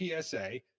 PSA